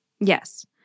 Yes